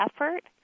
effort